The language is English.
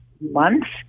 months